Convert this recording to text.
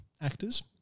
actors